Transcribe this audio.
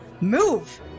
Move